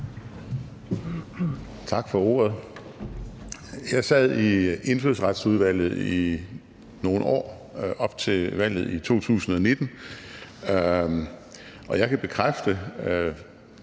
Tak for ordet. Jeg sad i Indfødsretsudvalget i nogle år op til valget i 2019, og jeg kan bekræfte,